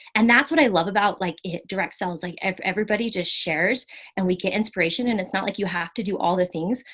and that's what i love about like direct sells. like everybody just shares and we can inspiration and it's not like you have to do all the things,